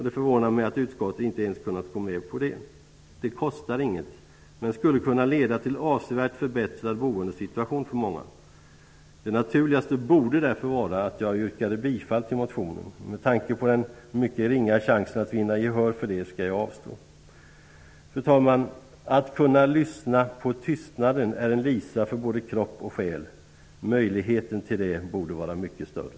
Det förvånar mig att utskottet inte ens har kunnat gå med på det. Det kostar inget men skulle kunna leda till en avsevärt förbättrad boendesituation för många. Det naturligaste borde därför vara att yrka bifall till motionen, men med tanke på den mycket ringa chansen att vinna gehör för ett sådant yrkande skall jag avstå. Fru talman! Att kunna lyssna på tystnaden är en lisa för både kropp och själ. Möjligheten till det borde vara mycket större.